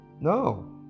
no